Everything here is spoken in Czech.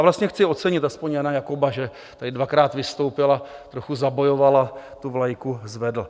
Vlastně chci ocenit aspoň Jana Jakoba, že tady dvakrát vystoupil, trochu zabojoval a tu vlajku zvedl.